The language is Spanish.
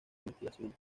investigaciones